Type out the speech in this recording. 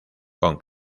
con